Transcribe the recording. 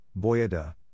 Boyada